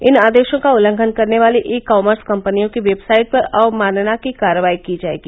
इन आदेशों का उल्लंघन करने वाली ई कॉमर्स कंपनियों की वेबसाइट पर अवमानना की कार्रवाई की जायेगी